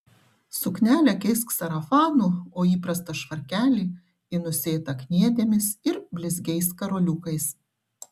suknelę keisk sarafanu o įprastą švarkelį į nusėtą kniedėmis ir blizgiais karoliukais